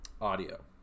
Audio